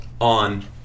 On